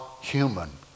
human